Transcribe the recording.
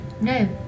No